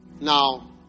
now